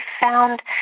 found